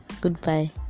Goodbye